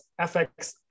fx